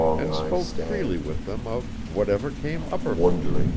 and spoke freely with them of whatever came uppermost,